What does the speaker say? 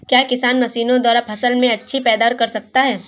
क्या किसान मशीनों द्वारा फसल में अच्छी पैदावार कर सकता है?